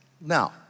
now